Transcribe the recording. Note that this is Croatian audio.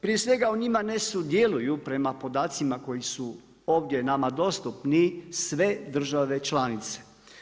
Prije svega, u njima ne sudjeluju prema podacima koji su ovdje nama dostupni sve države članice.